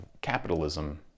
capitalism